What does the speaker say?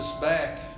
back